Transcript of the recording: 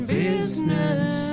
business